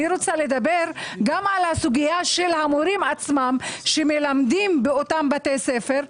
אני רוצה לדבר גם על הסוגייה של המורים עצמם שמלמדים באותם בתי ספר.